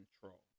control